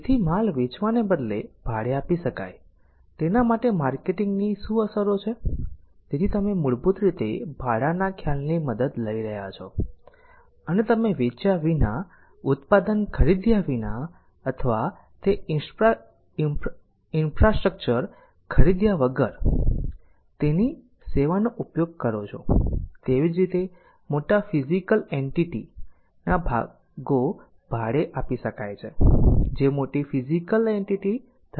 તેથી માલ વેચવાને બદલે ભાડે આપી શકાય તેના માટે માર્કેટિંગ ની શું અસરો છે તેથી તમે મૂળભૂત રીતે ભાડાના ખ્યાલની મદદ લઈ રહ્યા છો અને તમે વેચ્યા વિના ઉત્પાદન ખરીદ્યા વિના અથવા અથવા તે ઇન્ફ્રાસ્ટ્રક્ચર ખરીદ્યા વગર તેની સેવા નો ઉપયોગ કરો છો તેવી જ રીતે મોટા ફીઝીકલ એન્ટીટી ના ભાગો ભાડે આપી શકાય છે જે મોટી ફીઝીકલ એન્ટીટી ધરાવે છે